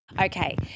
Okay